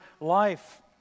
life